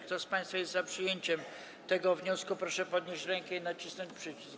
Kto z państwa jest za przyjęciem tego wniosku, proszę podnieść rękę i nacisnąć przycisk.